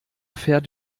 fährt